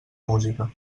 música